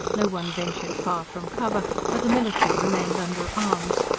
no one ventured far from cover for the military remained under arms,